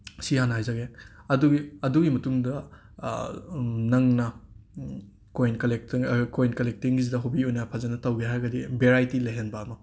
ꯑꯁꯤ ꯍꯥꯟꯅ ꯍꯥꯏꯖꯒꯦ ꯑꯗꯨꯒꯤ ꯑꯗꯨꯒꯤ ꯃꯇꯨꯡꯗ ꯅꯪꯅ ꯀꯣꯏꯟ ꯀꯂꯦꯛꯇꯪ ꯑ ꯀꯣꯏꯟ ꯀꯂꯦꯛꯇꯤꯡꯁꯤꯗ ꯍꯣꯕꯤ ꯑꯣꯏꯅ ꯐꯖꯟꯅ ꯇꯧꯒꯦ ꯍꯥꯏꯔꯒꯗꯤ ꯕꯦꯔꯥꯏꯇꯤ ꯂꯩꯍꯟꯕ ꯑꯃ